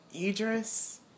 Idris